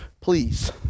please